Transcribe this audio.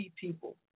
people